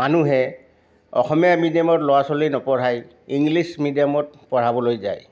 মানুহে অসমীয়া মিডিয়ামত ল'ৰা ছোৱালী নপঢ়ায় ইংলিছ মিডিয়ামত পঢ়াবলৈ যায়